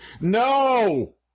No